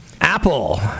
Apple